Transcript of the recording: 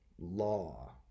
law